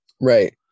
Right